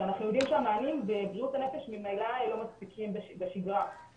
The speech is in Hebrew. כשאנחנו יודעים שהמענים בבריאות הנפש ממילא לא מספיקים בשגרה,